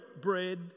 bread